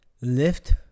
lift